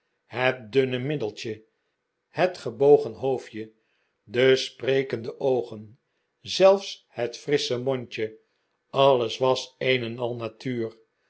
het dunne middeltje het gebogen hoofdje de sprekende oogen zelfs het frissche mondje alles was een en al natuur